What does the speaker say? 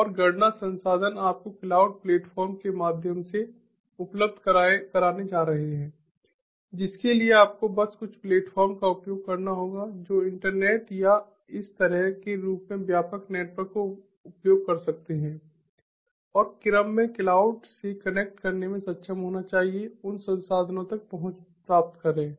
और गणना संसाधन आपको क्लाउड प्लेटफॉर्म के माध्यम से उपलब्ध कराने जा रहे हैं जिसके लिए आपको बस कुछ नेटवर्क का उपयोग करना होगा जो इंटरनेट या इस तरह के रूप में व्यापक नेटवर्क का उपयोग कर सकते हैं और क्रम में क्लाउड से कनेक्ट करने में सक्षम होना चाहिए उन संसाधनों तक पहुँच प्राप्त करें